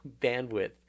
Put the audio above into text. bandwidth